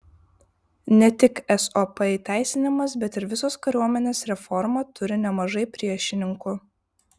ne tik sop įteisinimas bet ir visos kariuomenės reforma turi nemažai priešininkų